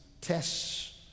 tests